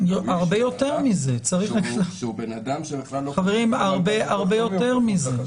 שהוא אדם שבכלל- -- הרבה יותר מזה.